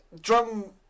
drum